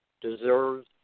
deserves